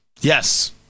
Yes